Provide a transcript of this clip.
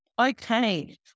Okay